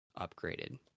upgraded